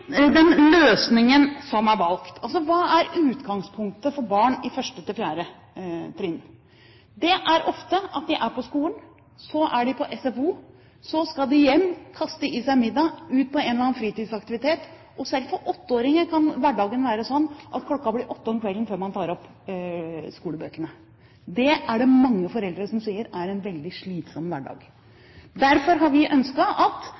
den løsningen som er valgt. Hva er utgangspunktet for barn på 1.–4. trinn? Det er ofte at de først er på skolen, så er de på SFO, og så skal de hjem og kaste i seg middag og ut på en eller annen fritidsaktivitet. Selv for 8-åringer kan hverdagen være slik at klokken blir åtte om kvelden før man tar opp skolebøkene. Det er mange foreldre som sier at det er en veldig slitsom hverdag. Derfor har vi ønsket at